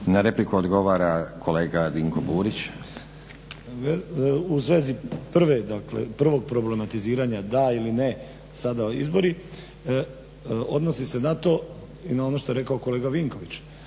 Na repliku odgovara kolega Dinko Burić. **Burić, Dinko (HDSSB)** U svezi prvog problematiziranja da ili ne sada izbori, odnosi se na to i na ono što je rekao kolega Vinković.